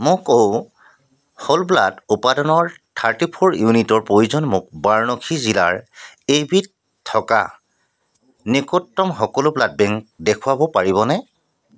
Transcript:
মোক ও whole blood উপাদানৰ থাৰ্টি ফ'ৰ ইউনিটৰ প্ৰয়োজন মোক বাৰাণসী জিলাৰ এইবিধ থকা নিকটতম সকলো ব্লাড বেংক দেখুৱাব পাৰিবনে